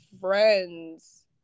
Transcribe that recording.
friends